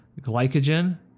glycogen